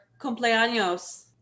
cumpleaños